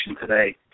today